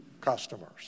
customers